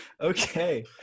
Okay